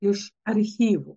iš archyvų